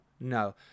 no